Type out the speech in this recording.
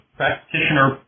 practitioner